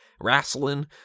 wrestling